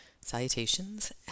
salutations